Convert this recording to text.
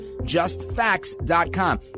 JustFacts.com